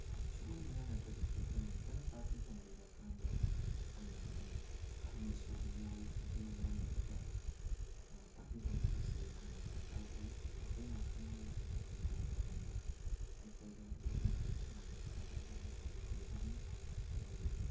ꯁꯨꯡꯃꯥꯟ ꯃꯤꯃꯥꯟꯅꯗ꯭ꯔꯒꯁꯨ ꯑꯩꯈꯣꯏꯅ ꯈꯤꯇꯪ ꯇꯥꯛꯄꯤ ꯇꯝꯕꯤꯔꯀꯥꯟꯗ ꯃꯣꯏꯅ ꯑꯗꯨꯝ ꯈꯪꯕꯁꯨ ꯑꯗꯨꯝ ꯌꯥꯎꯋꯤ ꯑꯗꯨꯅ ꯃꯔꯝ ꯑꯣꯏꯔꯒ ꯇꯥꯛꯄꯤ ꯇꯝꯕꯤꯕꯁꯦ ꯌꯥꯝꯅ ꯗꯔꯀꯥꯔ ꯑꯣꯏ ꯃꯈꯣꯏꯅ ꯈꯪꯕ ꯑꯗꯨꯃꯥꯏꯅ ꯇꯧꯕ ꯃꯇꯝꯗ ꯑꯩꯈꯣꯏꯗ ꯑꯗꯨꯛꯀꯤ ꯃꯇꯤꯛ ꯀꯥꯅꯕ ꯅꯨꯡꯉꯥꯏꯕ ꯑꯣꯏꯒꯅꯤ ꯃꯔꯝꯗꯤ